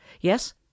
Yes